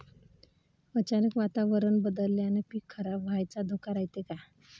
अचानक वातावरण बदलल्यानं पीक खराब व्हाचा धोका रायते का?